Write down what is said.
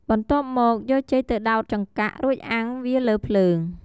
បន្ទាប់មកយកចេកទៅដោតចង្កាក់ រួចអាំងវាលើភ្លើង។